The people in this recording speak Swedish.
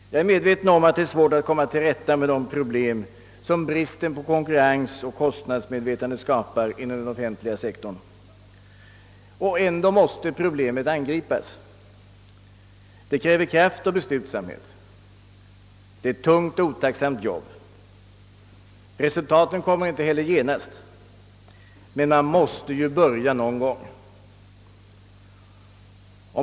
Jag är medveten om att det är svårt att komma till rätta med de problem som bristen på konkurrens och kostnadsmedvetande skapar inom den offentliga sektorn. Ändå måste problemet angripas. Det kräver kraft och beslutsamhet. Det är ett tungt och otacksamt jobb. Resultaten kommer inte heller genast, men man måste ju börja någon gång.